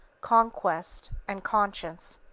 conquest and conscience.